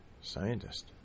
scientist